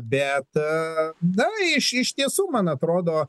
bet na iš iš tiesų man atrodo